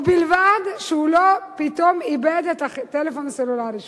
ובלבד שהוא לא איבד פתאום את הטלפון הסלולרי שלו.